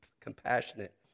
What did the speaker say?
compassionate